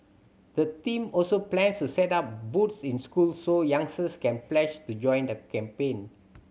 the team also plans to set up booths in schools so youngsters can pledge to join the campaign